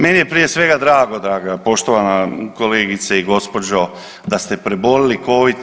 Meni je prije svega drago draga poštovana kolegice i gđo. da ste prebolili covid.